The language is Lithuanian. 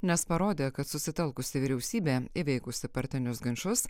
nes parodė kad susitelkusi vyriausybė įveikusi partinius ginčus